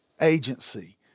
agency